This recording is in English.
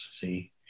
see